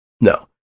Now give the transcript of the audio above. No